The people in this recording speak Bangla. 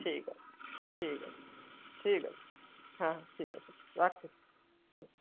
ঠিক আছে ঠিক আছে ঠিক আছে হ্যাঁ ঠিক আছে রাখছি হুম